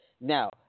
now